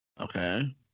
Okay